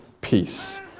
peace